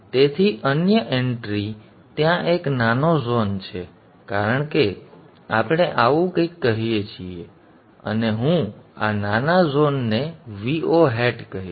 તેથી અન્ય એન્ટ્રી ત્યાં એક નાનો ઝોન છે કારણ કે આપણે આવું કંઈક કહીએ છીએ અને હું આ નાના ઝોન ને Vo હેટ કહીશ